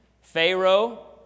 Pharaoh